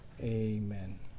Amen